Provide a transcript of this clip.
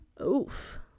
Oof